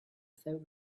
without